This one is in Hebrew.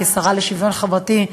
כשרה לשוויון חברתי,